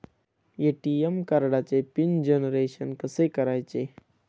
ATM कार्डचे PIN generation कसे करायचे?